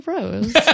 Rose